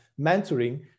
mentoring